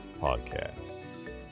Podcasts